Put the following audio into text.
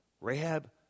Rahab